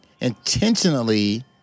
intentionally